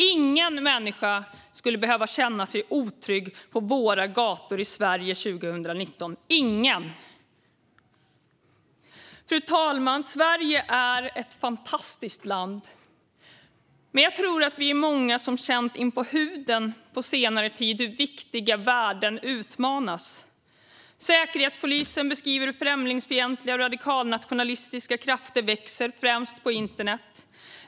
Ingen människa skulle behöva känna sig otrygg på våra gator i Sverige 2019. Fru talman! Sverige är ett fantastiskt land. Men jag tror att vi är många som på senare tid har känt inpå huden hur viktiga värden utmanas. Säkerhetspolisen beskriver främlingsfientliga och radikalnationalistiska krafter, främst på internet.